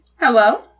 Hello